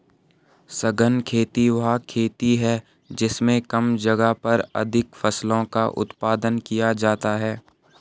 सघन खेती वह खेती है जिसमें कम जगह पर अधिक फसलों का उत्पादन किया जाता है